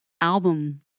album